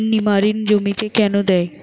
নিমারিন জমিতে কেন দেয়?